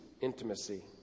intimacy